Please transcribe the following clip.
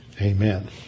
Amen